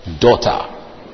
daughter